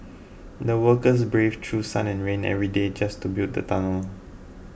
the workers braved through sun and rain every day just to build the tunnel